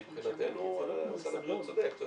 מבחינתנו משרד הבריאות צודק.